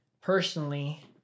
personally